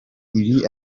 ibi